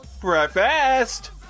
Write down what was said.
Breakfast